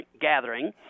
gathering